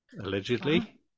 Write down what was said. allegedly